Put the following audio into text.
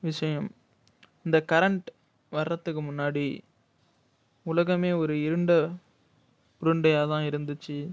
விஷயம் இந்த கரண்ட் வரதுக்கு முன்னாடி உலகமே ஒரு இருண்ட உருண்டையாகதான் இருந்துச்சு